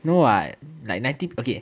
no [what] like ninety okay